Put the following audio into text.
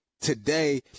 Today